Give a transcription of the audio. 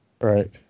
Right